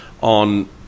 on